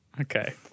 okay